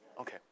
Okay